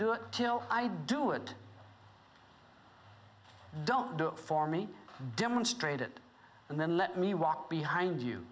do it till i do it don't do it for me demonstrate it and then let me walk behind you